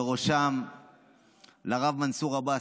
ובראשם לרב מנסור עבאס.